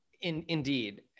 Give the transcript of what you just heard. Indeed